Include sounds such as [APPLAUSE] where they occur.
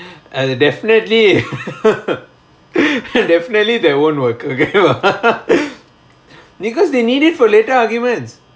as in definitely [LAUGHS] definitely that won't work okay [LAUGHS] because they need it for later arguments